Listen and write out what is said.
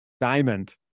Diamond